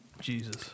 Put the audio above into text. Jesus